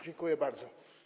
Dziękuję bardzo.